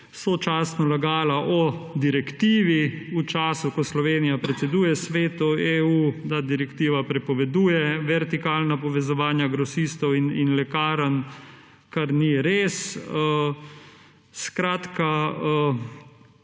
Sočasno lagala o direktivi v času, ko Slovenija predseduje Svetu EU, da direktiva prepoveduje vertikalna povezovanja grosistov in lekarn, kar ni res. Skratka,